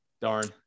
Darn